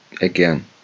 again